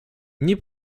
nie